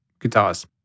guitars